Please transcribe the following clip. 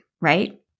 right